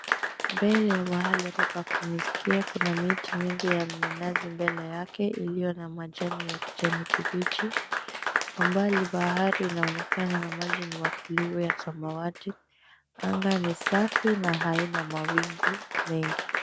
Mbele hapa mahali pa kupumzikia kuna miti nyingi ya minazi mbele yake iliyo na majani ya kijani kibichi. kwa mbali bahari inaonekana na maji ni matulivu ya samawati anga ni safi haina mawingu mengi.